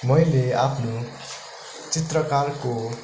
मैले आफ्नो चित्रकलाको